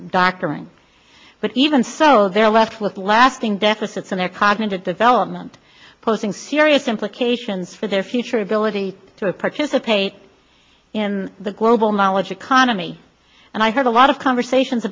doctoring but even so they're left with lasting deficits in their cognitive development posing serious implications for their future ability to participate in the global knowledge economy and i heard a lot of conversations